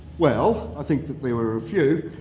well, i think that there were a few.